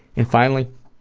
and finally,